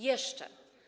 Jeszcze.